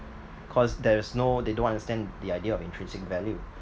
cause there's no they don't understand the idea of intrinsic value